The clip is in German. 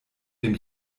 dem